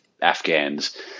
afghans